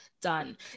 done